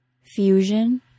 Fusion